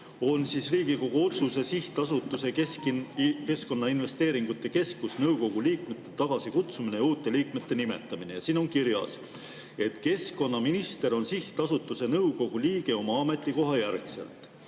on siis "Riigikogu otsuse "Sihtasutuse Keskkonnainvesteeringute Keskus nõukogu liikmete tagasikutsumine ja uute liikmete nimetamine" [eelnõu kohta] ja siin on kirjas, et keskkonnaminister on sihtasutuse nõukogu liige oma ametikoha järgselt.